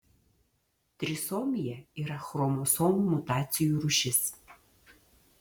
trisomija yra chromosomų mutacijų rūšis